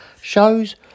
shows